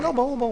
כן, ברור.